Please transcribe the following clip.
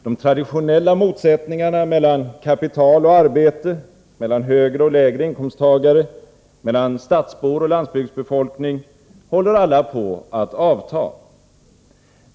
De traditionella motsättningarna mellan kapital och arbete, mellan högre och lägre inkomsttagare, mellan stadsbor och landsbygdsbefolkning håller alla på att avta.